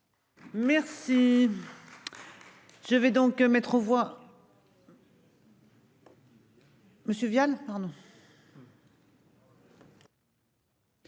Merci.